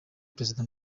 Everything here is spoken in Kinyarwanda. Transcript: perezida